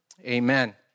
Amen